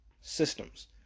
systems